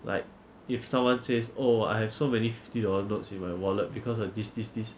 like if someone says oh I have so many fifty dollars notes in my wallet because of this this this